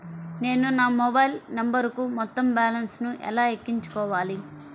నేను నా మొబైల్ నంబరుకు మొత్తం బాలన్స్ ను ఎలా ఎక్కించుకోవాలి?